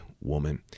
woman